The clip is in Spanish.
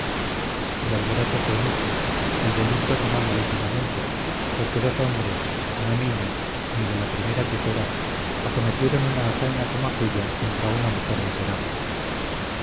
el alboroto fue mucho el delito sonó malísimamente porque dos hombres no niños ni de la primera tijera acometieron una hazaña como aquella contra una mujer miserable